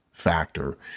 factor